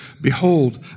Behold